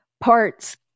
parts